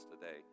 today